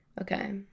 Okay